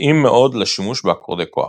התאים מאוד לשימוש באקורדי כוח,